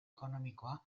ekonomikoa